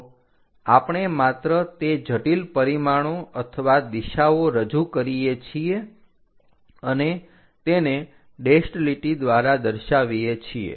તો આપણે માત્ર તે જટિલ પરિમાણો અથવા દિશાઓ રજૂ કરીએ છીએ અને તેને ડેશ્ડ લીટી દ્વારા દર્શાવીએ છીએ